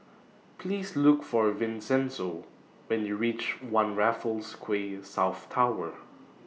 Please Look For Vincenzo when YOU REACH one Raffles Quay South Tower